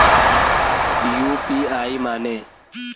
UPI माने?